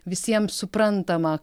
visiems suprantama